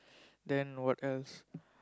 then what else